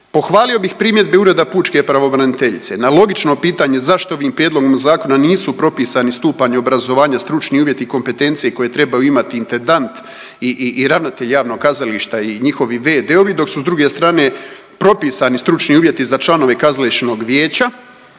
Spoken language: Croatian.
Pohvalio bih primjedbe Ureda pučke pravobraniteljice, na logično pitanje zašto ovim Prijedlogom zakona nisu propisani stupanj obrazovanja, stručni uvjeti i kompetencije koje trebaju imati intendant i ravnatelj javnog kazališta i njihovi v.d.-ovi, dok su s druge strane propisani stručni uvjeti za članove kazališnog vijeća,